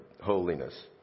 holiness